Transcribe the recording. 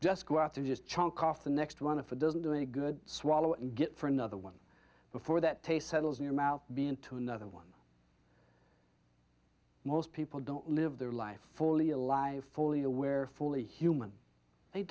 just go out to just chunk off the next one of a dozen doing a good swallow and get for another one before that taste settles in your mouth being to another one most people don't live their life fully alive fully aware fully human they